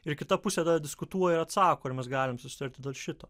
ir kita pusė tada diskutuoja ir atsako ar mes galim susitarti dėl šito